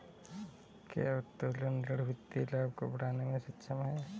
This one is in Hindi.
क्या उत्तोलन ऋण वित्तीय लाभ को बढ़ाने में सक्षम है?